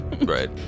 Right